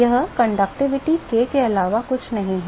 Yah चालकता k के अलावा कुछ नहीं है